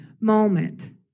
moment